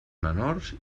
menors